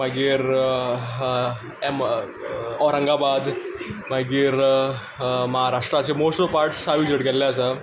मागीर औरंगाबाद मागीर म्हाराष्ट्राचे मॉस्ट ऑफ द पार्ट्स हांवें विजीट केल्ले आसा